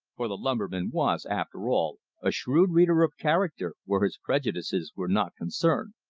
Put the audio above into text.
for the lumberman was, after all, a shrewd reader of character where his prejudices were not concerned.